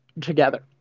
together